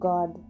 God